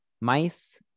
mice